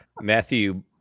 Matthew